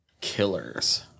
Killers